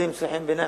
כן ימצא חן בעיניהם,